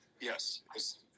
Yes